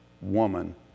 woman